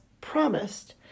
promised